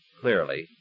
Clearly